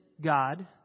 God